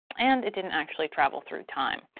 and it didn't actually travel through time.